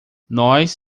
nós